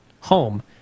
home